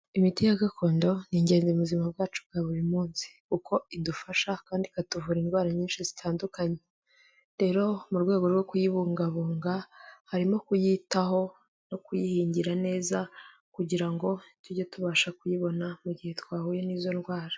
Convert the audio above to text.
Imiti ya gakondo ni ingenzi mu buzima bwacu bwa buri munsi, kuko idufasha kandi ikatuvura indwara nyinshi zitandukanye, rero mu rwego rwo kuyibungabunga harimo kuyitaho, no kuyihingira neza, kugira ngo tujye tubasha kuyibona mu gihe twahuye n'izo ndwara.